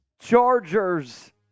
Chargers